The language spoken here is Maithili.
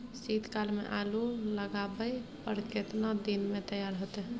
शीत काल में आलू लगाबय पर केतना दीन में तैयार होतै?